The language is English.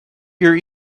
your